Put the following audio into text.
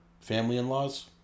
family-in-laws